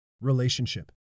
relationship